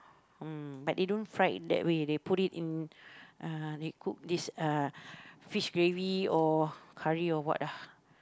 but they don't fried that way they put it in (uh)they cook this uh fish gravy or curry or what ah